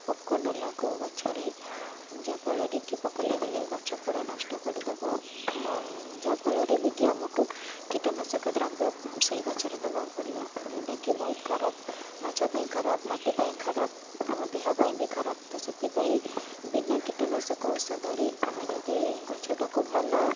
ପୋକ ନ ଲାଗୁ ଗଛରେ ଯାହାଫଳରେ କି ପୋକ ଲାଗିଲେ ଗଛ ପୁରା ନଷ୍ଟ କରିଦେବ ଯାହାଫଳରେ ବି କି ଆମକୁ କୀଟନାଶକ ଦ୍ରବ୍ୟ ସେଇଗଛରେ ଦବାକୁ ପଡ଼ିବ ଯେଉଁଟାକି ବହୁତ ଖରାପ ଗଛ ପାଇଁ ଖରାପ ମାଟି ପାଇଁ ଖରାପ ଆମ ଦେହ ପାଇଁ ବି ଖରାପ ତ ସେଥିପାଇଁ ବିନା କୀଟନାଶକ ଔଷଧରେ ଆମେ ଯଦି ଗଛଟାକୁ ଭଲ